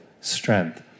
strength